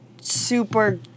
super